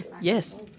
Yes